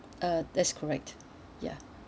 uh that's correct ya